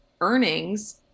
Earnings